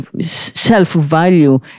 self-value